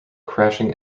crashing